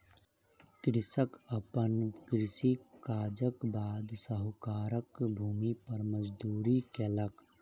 कृषक अपन कृषि काजक बाद साहूकारक भूमि पर मजदूरी केलक